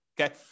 okay